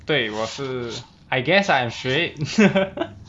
对我是 I guess I'm straight